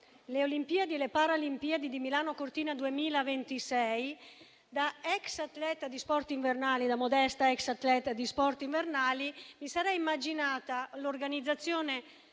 le Olimpiadi e le Paralimpiadi di Milano Cortina 2026, da modesta ex atleta di sport invernali, mi sarei immaginata l'organizzazione